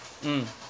mm